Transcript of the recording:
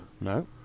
no